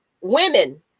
women